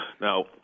Now